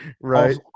Right